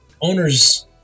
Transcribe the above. owners